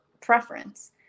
preference